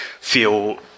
feel